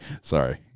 sorry